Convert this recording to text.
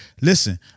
listen